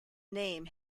name